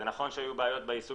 זה נכון שהיו בעיות ביישום